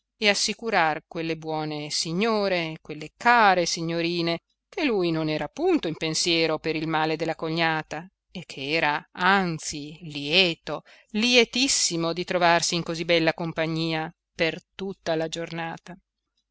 e assicurar quelle buone signore quelle care signorine che lui non era punto in pensiero per il male della cognata e ch'era anzi lieto lietissimo di trovarsi in così bella compagnia per tutta la giornata